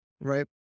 right